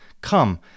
Come